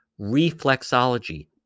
reflexology